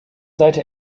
seite